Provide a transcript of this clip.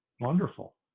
wonderful